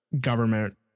government